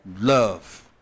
love